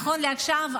נכון לעכשיו,